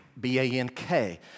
B-A-N-K